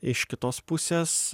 iš kitos pusės